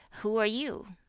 who are you?